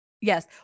yes